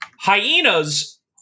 Hyenas